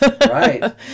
Right